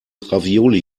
ravioli